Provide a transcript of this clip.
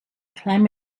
climb